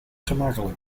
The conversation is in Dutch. gemakkelijk